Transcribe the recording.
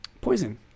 Poison